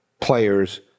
players